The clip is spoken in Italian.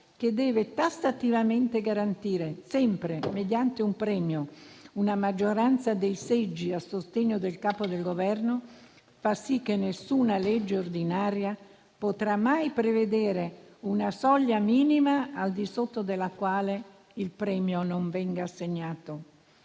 che deve tassativamente garantire, sempre mediante un premio, una maggioranza dei seggi a sostegno del Capo del Governo fa sì che nessuna legge ordinaria potrà mai prevedere una soglia minima al di sotto della quale il premio non venga assegnato.